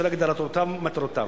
בשל הגדרותיו ומטרותיו.